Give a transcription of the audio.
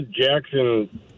Jackson